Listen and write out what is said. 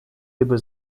либо